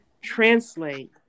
translate